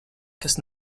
kas